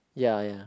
ya ya